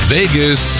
Vegas